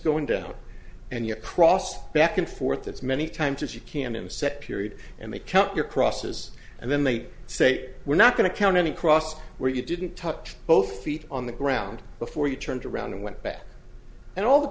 going down and your crossed back and forth as many times as you can him set period and they count your crosses and then they say we're not going to count any crossed where you didn't touch both feet on the ground before you turned around and went back and all the